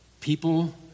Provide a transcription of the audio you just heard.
people